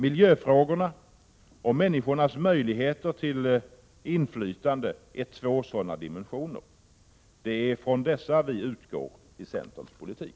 Miljöfrågorna och människornas möjligheter till inflytande är två sådana dimensioner. Det är från dessa vi utgår i centerns politik.